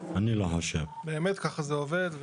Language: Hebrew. באמת ככה זה עובד.